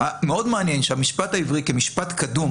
מאוד מעניין שהמשפט העברי כמשפט קדום